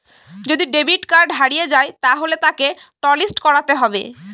যদি debit card হারিয়ে যায় তাহলে তাকে টলিস্ট করাতে হবে